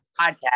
podcast